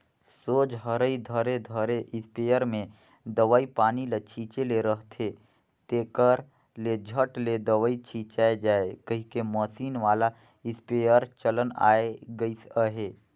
सोझ हरई धरे धरे इस्पेयर मे दवई पानी ल छीचे ले रहथे, तेकर ले झट ले दवई छिचाए जाए कहिके मसीन वाला इस्पेयर चलन आए गइस अहे